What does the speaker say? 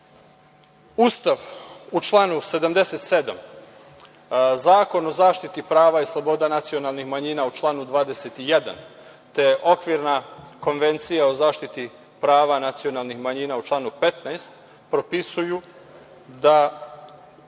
u članu 77, Zakon o zaštiti prava i sloboda nacionalnih manjina u članu 21, te Okvirna konvencija o zaštiti prava nacionalnih manjina u članu 15. propisuju da